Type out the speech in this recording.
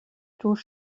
through